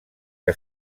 que